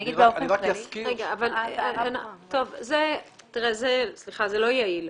זה לא יעיל.